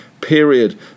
period